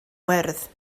wyrdd